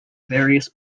various